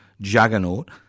juggernaut